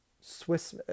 Swiss